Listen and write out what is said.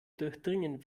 durchdringen